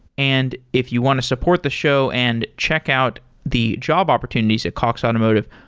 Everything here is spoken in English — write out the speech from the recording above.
and if you want to support the show and check out the job opportunities at cox automotive,